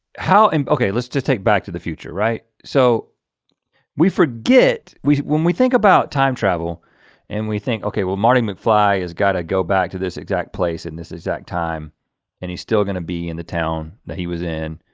how and okay, let's just take back to the future, right? so we forget when we think about time travel and we think okay well, marty mcfly has got to go back to this exact place in this exact time and he's still going to be in the town that he was in.